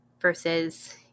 versus